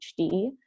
HD